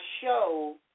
show